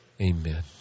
Amen